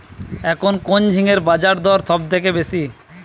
এখন কোন ঝিঙ্গের বাজারদর সবথেকে বেশি?